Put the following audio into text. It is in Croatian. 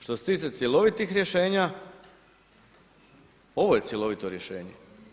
Što se tiče cjelovitih rješenja, ovo je cjelovito rješenje.